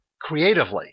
creatively